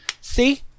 See